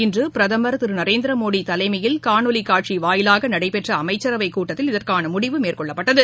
இன்றபிரதமர் திருநரேந்திரமோடிதலையில் காணொலிகாட்சிவாயிலாகநடைபெற்றஅமைச்சரவைக்கூட்டத்தில் இதற்கானமுடிவு மேற்கொள்ளப்பட்டது